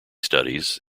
studies